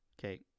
Okay